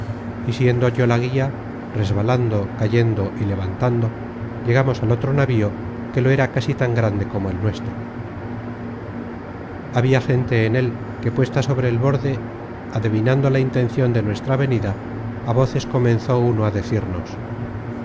y siendo yo la guía resbalando cayendo y levantando llegamos al otro navío que lo era casi tan grande como el nuestro habia gente en él que puesta sobre el borde adevinando la intencion de nuestra venida á voces comenzó uno á decirnos